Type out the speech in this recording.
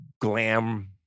glam